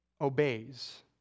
obeys